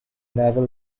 naval